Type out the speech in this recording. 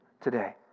today